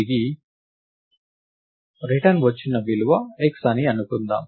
తిరిగిరిటర్న్ వచ్చిన విలువ x అని అనుకుందాం